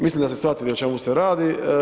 Mislim da ste shvatili o čemu se radi.